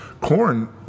corn